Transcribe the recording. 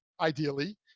ideally